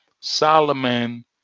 Solomon